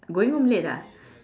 going home late ah